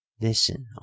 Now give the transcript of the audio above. Listen